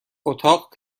اتاق